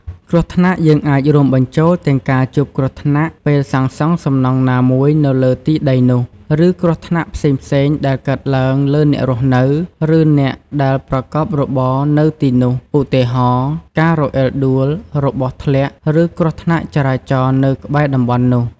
គ្រោះថ្នាក់ យើងអាចរួមបញ្ចូលទាំងការជួបគ្រោះថ្នាក់ពេលសាងសង់សំណង់ណាមួយនៅលើទីដីនោះ ឬគ្រោះថ្នាក់ផ្សេងៗដែលកើតឡើងលើអ្នករស់នៅ ឬអ្នកដែលប្រកបរបរនៅទីនោះ។ ឧទាហរណ៍ ការរអិលដួល របស់ធ្លាក់ ឬគ្រោះថ្នាក់ចរាចរណ៍នៅក្បែរតំបន់នោះ។